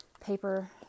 paper